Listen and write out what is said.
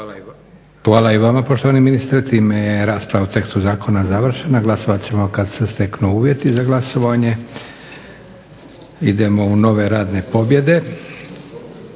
Hvala i vama poštovani ministre. Time je rasprava o tekstu zakona završena. Glasovat ćemo kad se steknu uvjeti za glasovanje. **Leko, Josip